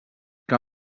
que